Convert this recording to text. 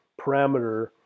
parameter